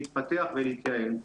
להתפתח ולהתייעל.